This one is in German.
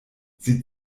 sie